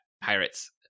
Pirates